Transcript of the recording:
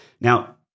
Now